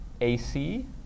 AC